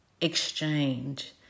exchange